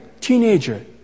teenager